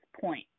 point